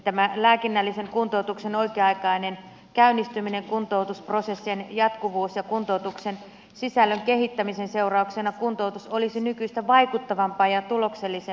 tämän lääkinnällisen kuntoutuksen oikea aikaisen käynnistymisen kuntoutumisprosessien jatkuvuuden ja kuntoutuksen sisällön kehittämisen seurauksena kuntoutus olisi nykyistä vaikuttavampaa ja tuloksellisempaa